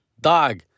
Dog